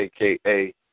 AKA